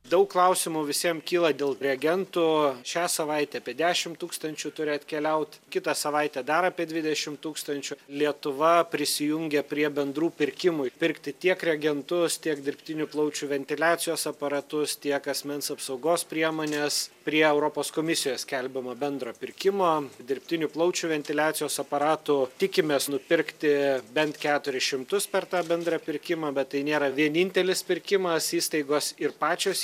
daug klausimų visiem kyla dėl reagentų šią savaitę apie dešim tūkstančių turi atkeliaut kitą savaitę dar apie dvidešim tūkstančių lietuva prisijungė prie bendrų pirkimų pirkti tiek reagentus tiek dirbtinių plaučių ventiliacijos aparatus tiek asmens apsaugos priemones prie europos komisijos skelbiamo bendro pirkimo dirbtinių plaučių ventiliacijos aparatų tikimės nupirkti bent keturis šimtus per tą bendrą pirkimą bet tai nėra vienintelis pirkimas įstaigos ir pačios